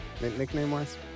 nickname-wise